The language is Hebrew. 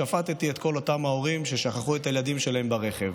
שפטתי את כל אותם ההורים ששכחו את הילדים שלהם ברכב.